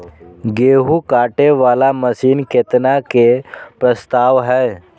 गेहूँ काटे वाला मशीन केतना के प्रस्ताव हय?